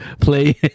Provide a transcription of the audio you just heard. play